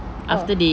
oh